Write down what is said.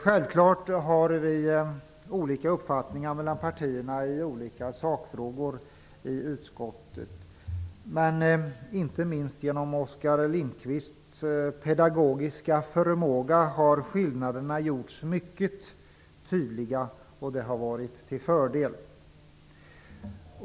Självfallet har vi olika uppfattningar i sakfrågorna i de olika partierna i utskottet. Inte minst genom Oskar Lindkvists pedagogiska förmåga har skillnaderna gjorts mycket tydliga, och det har varit till fördel.